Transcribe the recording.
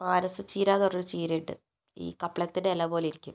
പാരസച്ചീര എന്നു പറഞ്ഞൊരു ചീര ഉണ്ട് ഈ കപ്ലത്തിൻ്റെ ഇല പോലെയിരിക്കും